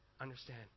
understand